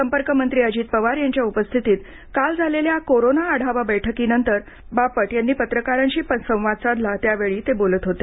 संपर्क मंत्री अजित पवार यांच्या उपस्थितीत काल झालेल्या कोरोना आढावा बैठकीनंतर बापट यांनी पत्रकारांशी संवाद साधला त्यावेळी ते बोलत होते